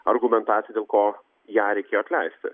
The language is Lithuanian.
argumentaciją dėl ko ją reikėjo atleisti